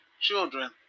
children